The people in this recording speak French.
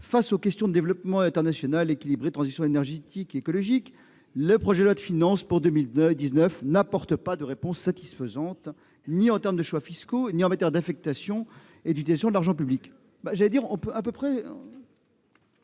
face aux questions de développement international équilibré, de transition énergétique et écologique, le projet de loi de finances 2019 n'apporte pas de réponses satisfaisantes, ni en termes de choix fiscaux, ni en matière d'affectation et d'utilisation de l'argent public. » Je suis tenté de dire